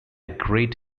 great